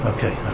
Okay